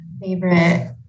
favorite